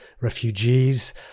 refugees